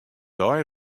dei